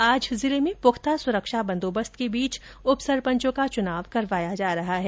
आज जिले में पुख्ता सुरक्षा बंदोबस्त के बीच उपसरपंचों का चुनाव करवाया जा रहा है